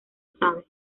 sabe